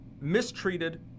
mistreated